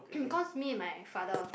cause me and my father